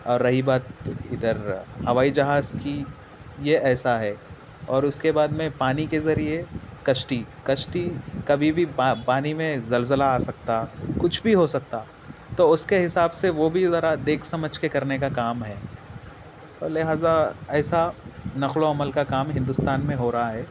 اور رہی بات ادھر ہوائی جہاز کی یہ ایسا ہے اور اس کے بعد میں پانی کے ذریعے کشتی کشتی کبھی بھی پانی میں زلزلہ آ سکتا کچھ بھی ہو سکتا تو اس کے حساب سے وہ بھی ذرا دیکھ سمجھ کے كرنے كا كام ہے تو لہٰذا ايسا نقل و حمل كا كام ہندوستان میں ہو رہا ہے